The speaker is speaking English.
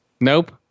Nope